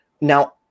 Now